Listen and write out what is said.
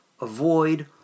avoid